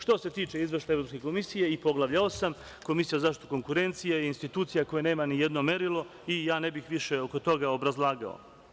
Što se tiče izveštaja Evropske komisije i Poglavlja 8, Komisija za zaštitu konkurencije je institucija koja nema nijedno merilo i ja ne bih više oko toga obrazlagao.